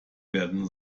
werden